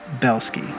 Belsky